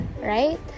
right